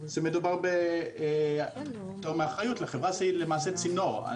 שמדובר בפטור מאחריות לחברה שהיא למעשה צינור.